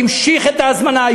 המשיך את ההזמנה,